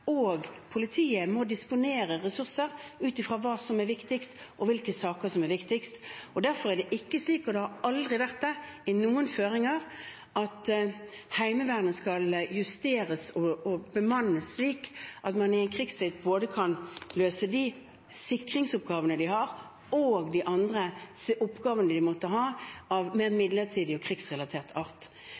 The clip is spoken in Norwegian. hvilke saker som er viktigst. Derfor er det ikke slik – og det har det aldri vært, i noen føringer – at Heimevernet skal justeres og bemannes slik at de i krigstid kan løse både de sikringsoppgavene de har, og de andre oppgavene de måtte ha av mer midlertidig og krigsrelatert art.